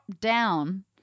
down